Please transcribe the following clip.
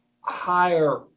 higher